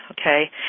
Okay